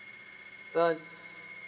but